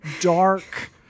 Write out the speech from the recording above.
dark